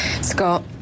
Scott